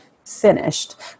finished